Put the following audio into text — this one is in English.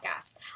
podcast